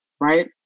right